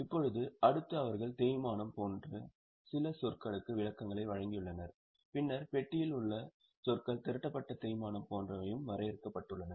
இப்போது அடுத்து அவர்கள் தேய்மானம் போன்ற சில சொற்களுக்கு விளக்கங்களை வழங்கியுள்ளனர் பின்னர் பெட்டியில் உள்ள சொற்கள் திரட்டப்பட்ட தேய்மானம் போன்றவையும் வரையறுக்கப்பட்டுள்ளன